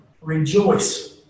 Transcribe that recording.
Rejoice